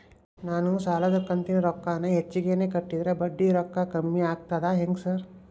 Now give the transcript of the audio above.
ನಾನ್ ಸಾಲದ ಕಂತಿನ ರೊಕ್ಕಾನ ಹೆಚ್ಚಿಗೆನೇ ಕಟ್ಟಿದ್ರ ಬಡ್ಡಿ ರೊಕ್ಕಾ ಕಮ್ಮಿ ಆಗ್ತದಾ ಹೆಂಗ್ ಸಾರ್?